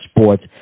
Sports